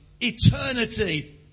eternity